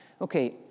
Okay